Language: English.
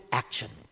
action